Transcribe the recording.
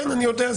אני יודע,